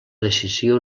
decisió